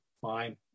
fine